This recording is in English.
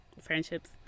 friendships